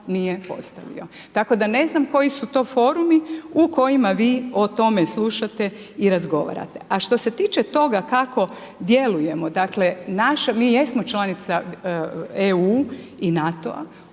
tako da ne znam koji su to forumi u kojima vi o tome slušate i razgovarate. A što se tiče toga kako djeluje, dakle mi jesmo članica EU i NATO-a,